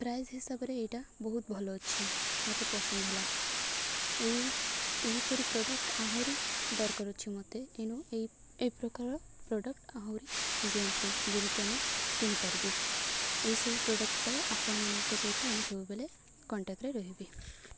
price ହିସାବରେ ଏଇଟା ବହୁତ ଭଲ ଅଛି ମୋତେ ପସନ୍ଦ ହେଲା ଏହି ଏହିପରି ପ୍ରଡ଼କ୍ଟ ଆହୁରି ଦରକାର ଅଛି ମୋତେ ଏଣୁ ଏ ଏ ପ୍ରକାର ପ୍ରଡ଼କ୍ଟ ଆହୁରି ଦିଅନ୍ତୁ ଯେମିତି ଆମେ କିଣିପାରିବୁ ଏହିସବୁ ପ୍ରଡ଼କ୍ଟ ପାଇଁ ଆପଣମାନଙ୍କ ସହିତ ଆମେ ସବୁବେଳେ କଣ୍ଟାକ୍ଟରେ ରହିବି